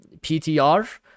PTR